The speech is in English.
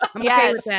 Yes